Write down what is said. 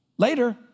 Later